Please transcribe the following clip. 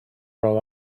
roll